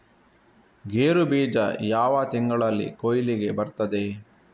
ಗೇರು ಬೀಜ ಯಾವ ತಿಂಗಳಲ್ಲಿ ಕೊಯ್ಲಿಗೆ ಬರ್ತದೆ?